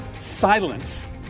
Silence